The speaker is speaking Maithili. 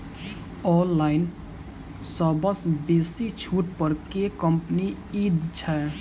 ऑनलाइन सबसँ बेसी छुट पर केँ कंपनी दइ छै?